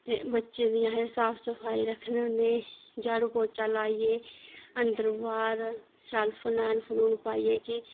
ते बच्चें दी असें साफ सफाई रक्खने होन्ने झाड़ू पौचा लाइयै अंदर बाह्र शैल फनैल फनूल पाइयै कि